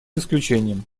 исключением